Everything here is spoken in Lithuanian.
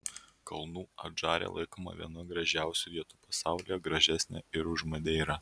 kalnų adžarija laikoma viena gražiausių vietų pasaulyje gražesnė ir už madeirą